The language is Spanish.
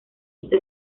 esa